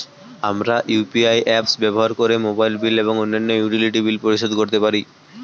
আমরা UPI apps ব্যবহার করে মোবাইল বিল এবং অন্যান্য ইউটিলিটি বিল পরিশোধ করতে পারি